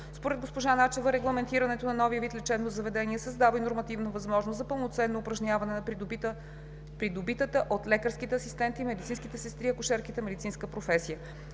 Според госпожа Начева регламентирането на новия вид лечебно заведение създава и нормативна възможност за пълноценно упражняване на придобитата от лекарските асистенти, медицинските сестри и акушерките медицинска професия.